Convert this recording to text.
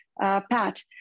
Pat